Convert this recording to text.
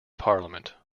parliament